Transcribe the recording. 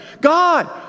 God